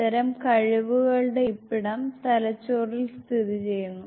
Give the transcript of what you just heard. അത്തരം കഴിവുകളുടെ ഇരിപ്പിടം തലച്ചോറിൽ സ്ഥിതി ചെയ്യുന്നു